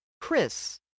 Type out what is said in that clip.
Chris